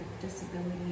disability